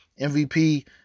MVP